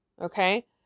Okay